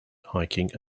hiking